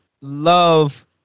love